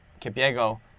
Kipiego